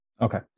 okay